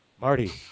Marty